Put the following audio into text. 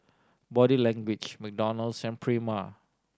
Body Language McDonald's and Prima